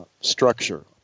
structure